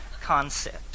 concept